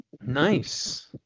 Nice